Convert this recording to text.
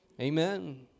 amen